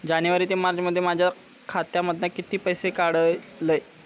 जानेवारी ते मार्चमध्ये माझ्या खात्यामधना किती पैसे काढलय?